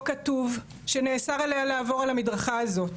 כתוב שנאסר עליה לעבור את המדרכה הזאת,